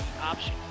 option